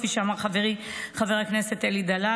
כפי שאמר חברי חבר הכנסת אלי דלל.